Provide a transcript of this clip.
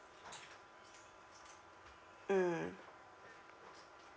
mm